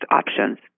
options